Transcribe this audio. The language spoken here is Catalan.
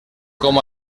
com